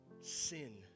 sin